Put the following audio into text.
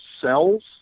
cells